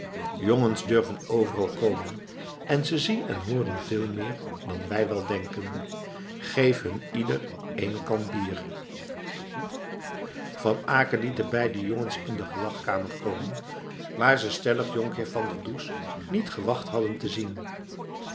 jongens durven overal komen en ze zien en hooren veel meer dan wij wel denken geef hun ieder eene kan bier van aecken liet de beide jongens in de gelagkamer komen waar ze stellig jonkheer van der does niet gewacht hadden te zien